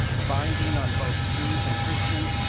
binding on both jews and christians?